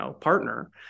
partner